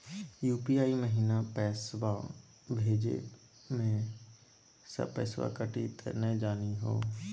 UPI महिना पैसवा भेजै महिना सब पैसवा कटी त नै जाही हो?